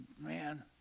man